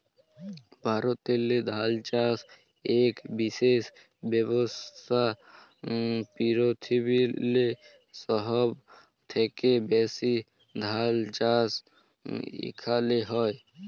ভারতেল্লে ধাল চাষ ইক বিশেষ ব্যবসা, পিরথিবিরলে সহব থ্যাকে ব্যাশি ধাল চাষ ইখালে হয়